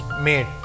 made